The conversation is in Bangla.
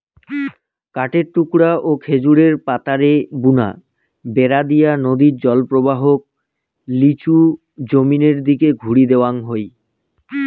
কাঠের টুকরা ও খেজুর পাতারে বুনা বেড়া দিয়া নদীর জলপ্রবাহক লিচু জমিনের দিকি ঘুরি দেওয়াং হই